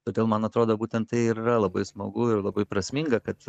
todėl man atrodo būtent tai ir yra labai smagu ir labai prasminga kad